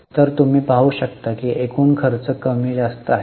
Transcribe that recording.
तर तुम्ही पाहू शकता की एकूण खर्च कमी जास्त आहे